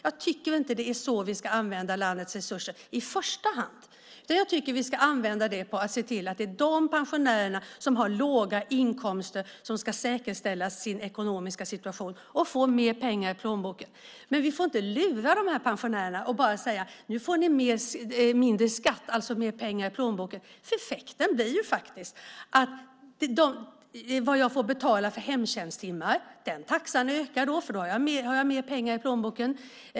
Jag tycker inte att det är så vi ska använda landets resurser i första hand. Vi ska använda dem för att se till att det är de pensionärer som har låga inkomster som ska kunna säkerställa sin ekonomiska situation och få mer pengar i plånboken. Vi får inte lura pensionärerna och bara säga: Nu får ni mindre i skatt och alltså mer pengar i plånboken. Det får andra effekter. Det handlar om vad jag får betala i hemtjänsttimmar. Taxan ökar när jag har mer pengar i plånboken.